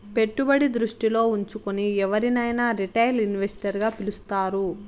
పెట్టుబడి దృష్టిలో ఉంచుకుని ఎవరినైనా రిటైల్ ఇన్వెస్టర్ గా పిలుస్తారు